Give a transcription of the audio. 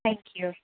thank you